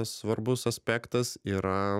svarbus aspektas yra